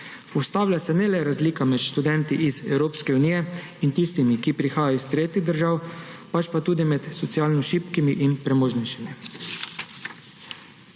Ustavlja se ne le razlika med študenti iz Evropske unije in tistimi, ki prihajajo iz tretjih držav, pač pa tudi med socialno šibkimi in premožnejšimi.